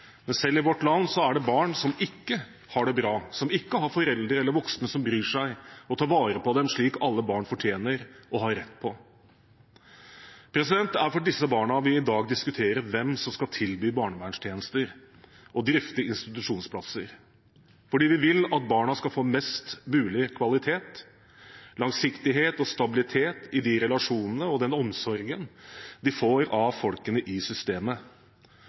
men selv i vårt land er det barn som ikke har det bra, som ikke har foreldre eller voksne som bryr seg og tar vare på dem, slik alle barn fortjener og har rett på. Det er for disse barna vi i dag diskuterer hvem som skal tilby barnevernstjenester og drifte institusjonsplasser, fordi vi vil at barna skal få best mulig kvalitet, langsiktighet og stabilitet i de relasjonene og den omsorgen de får av menneskene i systemet.